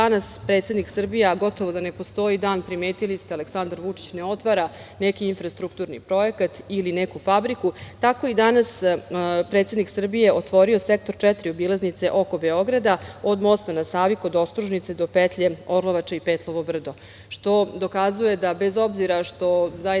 danas predsednik Srbije, a gotovo da ne postoji dan, primetili ste, Aleksandar Vučić ne otvara neki infrastrukturni projekat ili neku fabriku, tako i danas predsednik Srbije otvorio Sektor 4 obilaznice oko Beograda od mosta na Savi kod Ostružnice do petlje Orlovače i Petlovo Brdo, što dokazuje da bez obzira što zaista